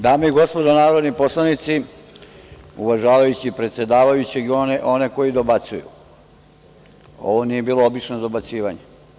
Dame i gospodo narodni poslanici, uvažavajući predsedavajućeg i one koji dobacuju, ovo nije bilo obično dobacivanje.